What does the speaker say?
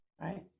Right